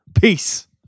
Peace